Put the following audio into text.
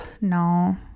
no